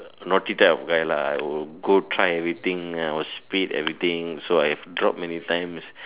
logic type of guy lah I will go try everything I will speed everything so I've drop many times